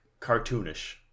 cartoonish